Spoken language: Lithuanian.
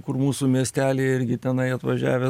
kur mūsų miestely irgi tenai atvažiavę